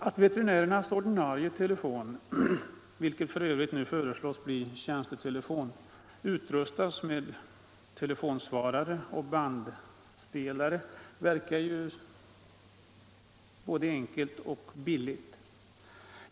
Att veterinärernas ordinarie telefon, vilken f.ö. nu föreslås bli tjänstetelefon, utrustas med telefonsvarare och bandspelare verkar både enkelt och billigt.